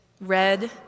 red